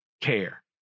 care